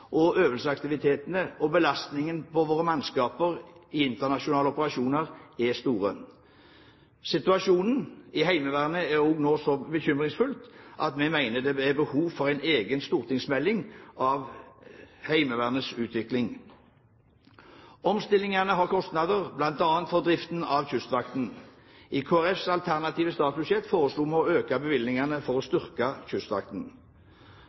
og øvelsesaktivitetene, og belastningene på våre mannskaper i internasjonale operasjoner er store. Situasjonen i Heimevernet er også nå så bekymringsfull at vi mener det er behov for en egen stortingsmelding om Heimevernets utvikling. Omstillingene betyr kostnader, bl.a. for driften av Kystvakten. I Kristelig Folkepartis alternative statsbudsjett foreslo vi å øke bevilgningen for å